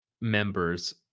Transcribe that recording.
members